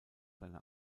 seine